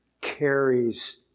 carries